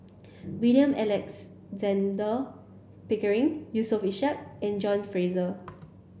William Alexander Pickering Yusof Ishak and John Fraser